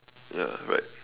ya right